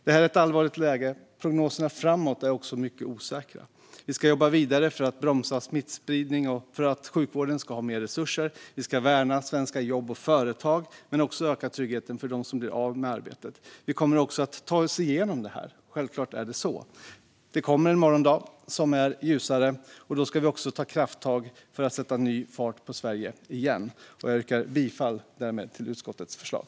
Det är ett allvarligt läge, och prognoserna framåt är mycket osäkra. Vi ska jobba vidare för att bromsa smittspridning och för att sjukvården ska ha mer resurser. Vi ska värna svenska jobb och företag men också öka tryggheten för dem som blir av med arbetet. Men vi kommer att ta oss igenom det här. Självklart är det så. Det kommer en morgondag som är ljusare. Då ska vi ta krafttag för att sätta ny fart på Sverige igen. Därmed yrkar jag bifall till utskottets förslag.